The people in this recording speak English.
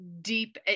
deep